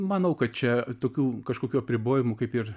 manau kad čia tokių kažkokių apribojimų kaip ir